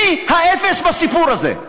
מי האפס בסיפור הזה?